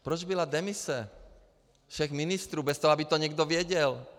Proč byla demise všech ministrů bez toho, aby to někdo věděl?